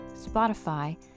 Spotify